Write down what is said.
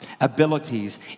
abilities